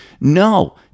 no